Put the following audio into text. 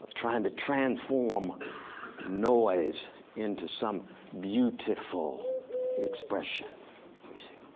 trying to transform noise into some beautiful expression you see.